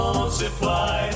Multiply